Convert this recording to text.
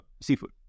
seafood